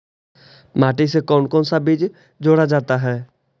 माटी से कौन कौन सा बीज जोड़ा जाता है?